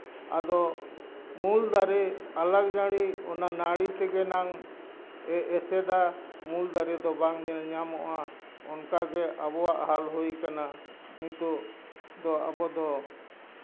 ᱟᱫᱚ ᱢᱩᱞ ᱫᱟᱨᱮ ᱟᱞᱟᱠᱡᱟᱹᱲᱤ ᱚᱱᱟ ᱱᱟᱹᱲᱤ ᱛᱮᱜᱮ ᱱᱟᱝ ᱮᱥᱮᱫᱟ ᱢᱩᱞ ᱫᱟᱨᱮ ᱫᱚ ᱵᱟᱝ ᱧᱮᱞ ᱧᱟᱢᱚᱜᱼᱟ ᱚᱱᱠᱟ ᱜᱮ ᱟᱵᱚᱣᱟᱜ ᱦᱟᱞ ᱦᱩᱭ ᱠᱟᱱᱟ ᱱᱤᱛᱚᱜ ᱫᱚ ᱟᱵᱚ ᱫᱚ